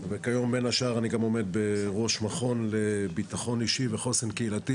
וכיום בין השאר אני גם עומד בראש מכון לביטחון אישי וחוסן קהילתי